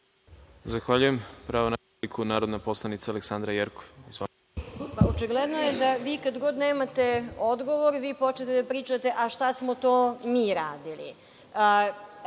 Zahvaljujem. Pravo na repliku, narodna poslanica Aleksandra Jerkov.